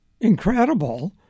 incredible